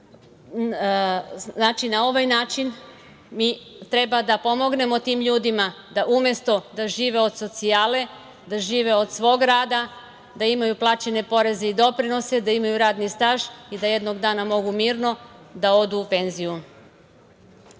na ovaj način mi trebamo da pomognemo tim ljudima da umesto da žive od socijale, da žive od svog rada, da imaju plaćene poreze i doprinose, da imaju radni staž i da jednog dana mogu mirno da odu u penziju. Dakle,